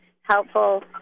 helpful